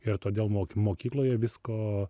ir todėl mokykloje visko